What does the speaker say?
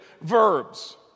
verbs